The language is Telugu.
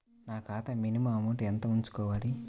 నా ఖాతా మినిమం అమౌంట్ ఎంత ఉంచుకోవాలి?